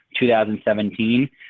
2017